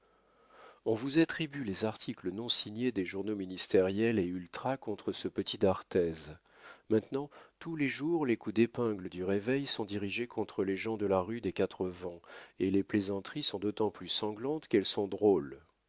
on vous attribue les articles non signés des journaux ministériels et ultras contre ce petit d'arthez maintenant tous les jours les coups d'épingles du réveil sont dirigés contre les gens de la rue des quatre vents et les plaisanteries sont d'autant plus sanglantes qu'elles sont drôles